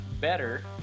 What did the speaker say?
better